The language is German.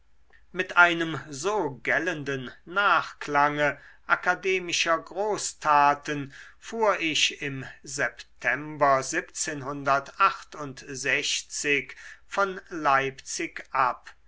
mit einem so gellenden nachklange akademischer großtaten fuhr ich im september von leipzig ab